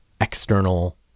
external